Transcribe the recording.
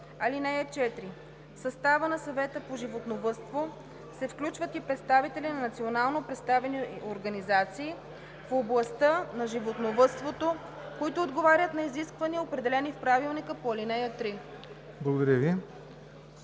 „(4) В състава на Съвета по животновъдство се включват и представители на национално представени организации в областта на животновъдството, които отговарят на изисквания, определени в правилника по ал. 3.“